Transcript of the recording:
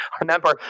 remember